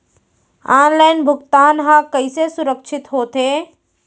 Online भुगतान हा कइसे सुरक्षित होथे?